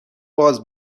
باز